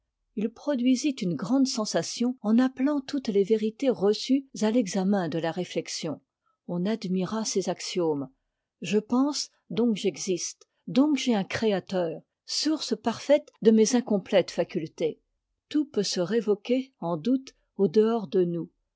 it produisit une grande sensation en appelant toutes les vérités reçues à l'examen de la réflexion on admira ces axiomes je pensé okc y'e m e donc j'ai un créateur source parfaite de nies incomplètes facultés tout peut se révoquer en doute ait dehors de nous